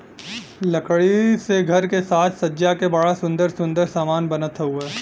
लकड़ी से घर के साज सज्जा के बड़ा सुंदर सुंदर समान बनत हउवे